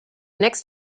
next